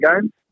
games